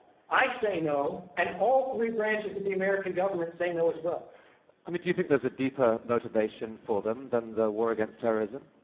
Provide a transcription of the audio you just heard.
i say no, and all three branches of the american government say no as well. ca i mean, do you think there's a deeper motivation for them than the war against terrorism?